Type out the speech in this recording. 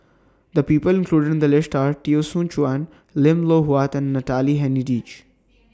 The People included in The list Are Teo Soon Chuan Lim Loh Huat and Natalie Hennedige